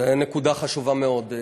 זו נקודה חשובה מאוד.